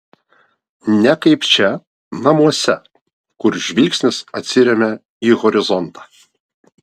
ne kaip čia namuose kur žvilgsnis atsiremia į horizontą